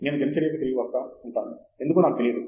నేను దినచర్యకు తిరిగి వస్తూ ఉంటాను ఎందుకో నాకు తెలియదు